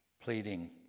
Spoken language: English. pleading